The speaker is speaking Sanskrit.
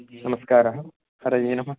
नमस्कारः हरये नमः